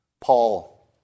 Paul